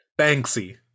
Banksy